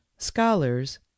scholars